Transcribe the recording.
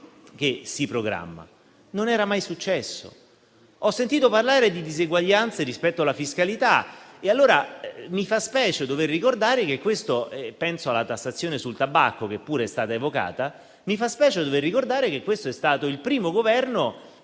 che si programma. Non era mai successo. Ho sentito parlare di diseguaglianze rispetto alla fiscalità e allora mi fa specie dover ricordare - penso alla tassazione sul tabacco, che pure è stata evocata - che questo è stato il primo Governo